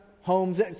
homes